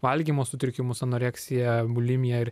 valgymo sutrikimus anoreksiją bulimiją ir